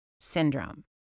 syndrome